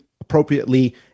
appropriately